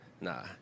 nah